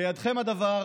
בידיכם הדבר.